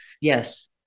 Yes